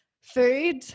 food